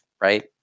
right